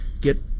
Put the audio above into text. get